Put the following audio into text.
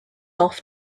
off